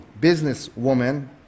businesswoman